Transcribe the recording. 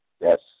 Yes